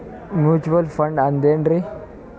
Mutual fund ಅಂದ್ರೆನ್ರಿ?